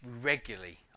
Regularly